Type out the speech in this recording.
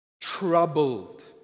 troubled